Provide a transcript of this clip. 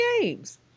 games